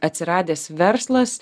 atsiradęs verslas